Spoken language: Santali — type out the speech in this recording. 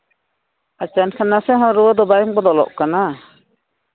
ᱟᱪᱪᱷᱟ ᱮᱱᱠᱷᱟᱱ ᱱᱟᱥᱮ ᱦᱚᱸ ᱨᱩᱣᱟᱹ ᱫᱚ ᱵᱟᱭ ᱵᱚᱫᱚᱞᱚᱜ ᱠᱟᱱᱟ